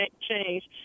change